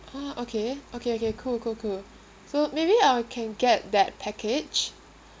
ah okay okay okay cool cool cool so maybe I will can get that package